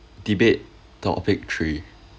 debate topic three